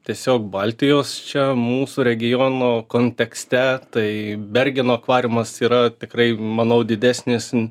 tiesiog baltijos čia mūsų regiono kontekste tai bergeno akvariumas yra tikrai manau didesnis